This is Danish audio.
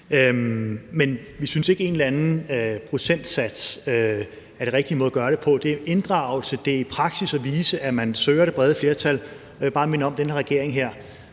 Men vi synes ikke, at det at sætte en eller anden procentsats er den rigtige måde at gøre det på. Det handler om inddragelse og det i praksis at vise, at man søger det brede flertal. Jeg vil bare minde om, at de seks